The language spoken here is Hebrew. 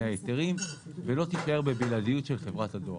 ההיתרים ולא יישאר בבלעדיות של חברת הדואר.